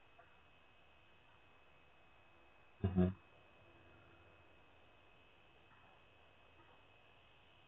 mmhmm